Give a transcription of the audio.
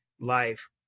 life